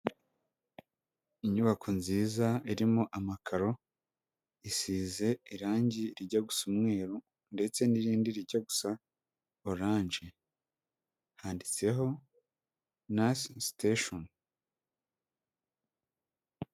Inyubako nziza irimo amakaro, isize irangi rijya gusa umweru, ndetse n'irindi rijya gusa oranje handitseho nasi sitasheni.